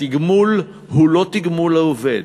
התגמול הוא לא תגמול לעובד,